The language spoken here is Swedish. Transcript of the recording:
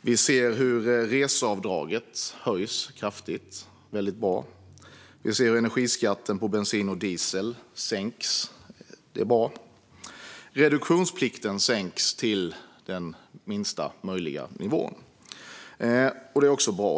Vi ser hur reseavdraget höjs kraftigt. Det är väldigt bra. Vi ser hur energiskatten på bensin och diesel sänks. Det är bra. Reduktionsplikten sänks till lägsta möjliga nivå. Det är också bra.